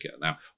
Now